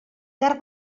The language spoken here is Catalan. tard